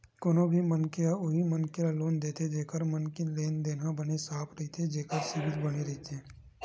कोनो भी मनखे ह उही मनखे ल लोन देथे जेखर मन के लेन देन ह बने साफ रहिथे जेखर सिविल बने रहिथे